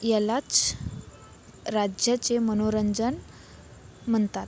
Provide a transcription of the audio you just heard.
यालाच राज्याचे मनोरंजन म्हणतात